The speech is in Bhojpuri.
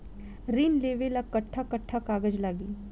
ऋण लेवेला कट्ठा कट्ठा कागज लागी?